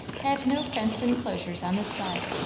had no fenced enclosure on this side.